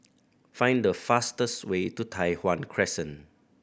find the fastest way to Tai Hwan Crescent